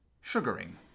Sugaring